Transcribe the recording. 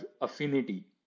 affinity